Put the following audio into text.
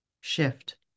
Shift